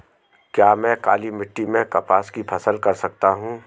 क्या मैं काली मिट्टी में कपास की फसल कर सकता हूँ?